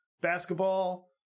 basketball